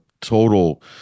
total